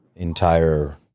entire